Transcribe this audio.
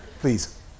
Please